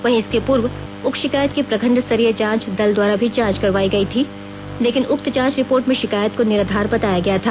वहीं इसके पूर्व उक्त शियाकत का प्रखंड स्तरीय जांच दल द्वारा भी जांच करवायी गयी थी लेकिन उक्त जांच रिपोर्ट में शिकायत को निराधार बताया गया था